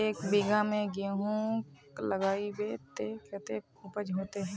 एक बिगहा में गेहूम लगाइबे ते कते उपज होते?